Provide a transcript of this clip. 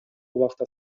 убакта